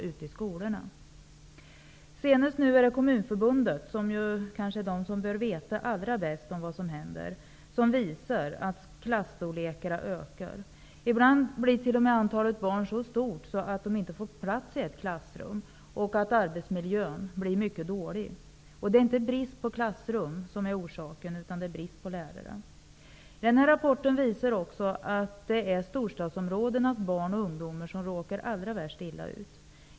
Nu senast är det Kommunförbundet, som kanske bör veta allra bäst vad som händer, som visar på att klasstorlekarna ökar. Ibland blir t.o.m. antalet barn så stort att de inte får plats i ett klassrum. Då blir arbetsmiljön mycket dålig. Det är inte brist på klassrum som är orsaken, utan brist på lärare. Den här rapporten visar också att det är storstadsområdenas barn och ungdomar som råkar mest illa ut.